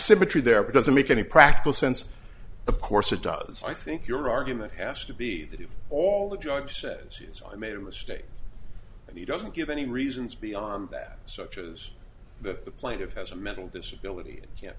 symmetry there doesn't make any practical sense of course it does i think your argument has to be that if all the judge says is i made a mistake and he doesn't give any reasons beyond that such as that the plaintiff has a mental disability it can't